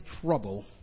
trouble